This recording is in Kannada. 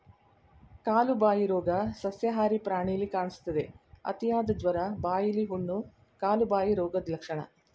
ಕಾಲುಬಾಯಿ ರೋಗ ಸಸ್ಯಾಹಾರಿ ಪ್ರಾಣಿಲಿ ಕಾಣಿಸ್ತದೆ, ಅತಿಯಾದ ಜ್ವರ, ಬಾಯಿಲಿ ಹುಣ್ಣು, ಕಾಲುಬಾಯಿ ರೋಗದ್ ಲಕ್ಷಣ